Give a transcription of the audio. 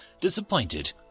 disappointed